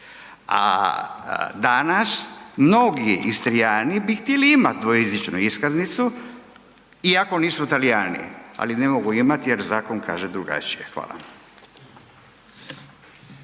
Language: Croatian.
a danas mnogi Istrijani bi htjeli imat dvojezičnu iskaznicu iako nisu Talijani ali ne mogu imat jer zakon kaže drugačije. Hvala.